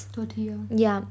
tortilla